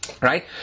Right